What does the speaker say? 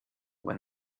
when